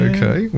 Okay